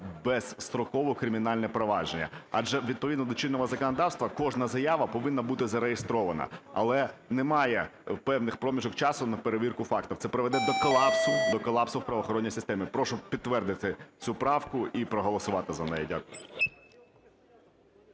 безстроково кримінальні провадження. Адже відповідно до чинного законодавства кожна заява повинна бути зареєстрована, але немає певних проміжків часу для перевірки фактів. Це приведе до колапсу, до колапсу в правоохоронній системі. Прошу підтвердити цю правку і проголосувати за неї. Дякую.